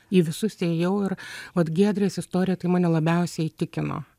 į visus ėjau ir vat giedrės istorija tai mane labiausiai įtikino